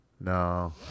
no